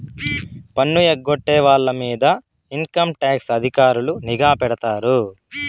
పన్ను ఎగ్గొట్టే వాళ్ళ మీద ఇన్కంటాక్స్ అధికారులు నిఘా పెడతారు